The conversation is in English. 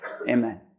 Amen